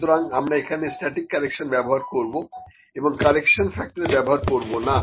সুতরাং আমরা এখানে স্ট্যাটিক কারেকশন ব্যবহার করব এবং কারেকশন ফ্যাক্টর ব্যবহার করবো না